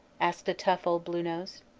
asks a tough old blue-nose.